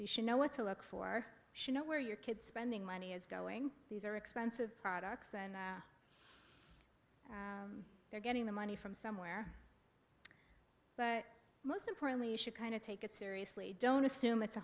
you should know what to look for should know where your kid spending money is going these are expensive products and they're getting the money from somewhere but most importantly you should kind of take it seriously don't assume it's a